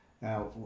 Now